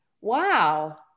wow